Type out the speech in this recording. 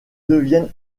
devient